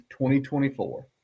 2024